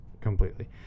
completely